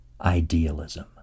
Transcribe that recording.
idealism